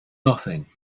nothing